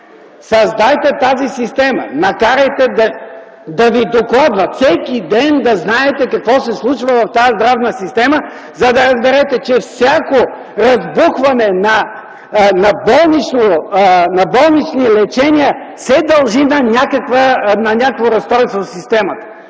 създайте тази система. Накарайте да Ви докладват - всеки ден да знаете какво се случва в тази здравна система, за да разберете, че всяко раздухване на болнични лечения се дължи на някакво разстройство в системата.